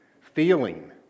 feeling